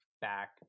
back